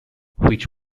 which